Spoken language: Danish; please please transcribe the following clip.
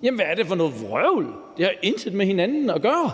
Hvad er det for noget vrøvl? Det har intet med hinanden at gøre.